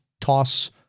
toss